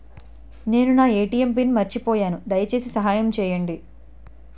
నేను నా ATM pin మర్చిపోయాను, దయచేసి సహాయం చేయండి